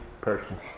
person